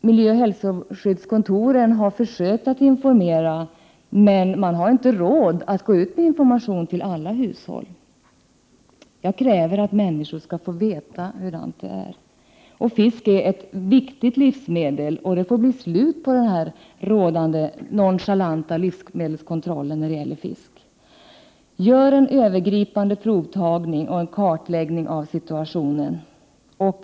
Miljöoch hälsoskyddskontoren har försökt att informera, men man har inte råd att gå ut med information till alla hushåll. Jag kräver att människor skall få veta hur det är. Fisk är ett viktigt livsmedel. Det måste bli slut på den rådande nonchalanta livsmedelskontrollen när det gäller fisk. Gör en övergripande provtagning och en kartläggning av situationen!